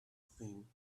thing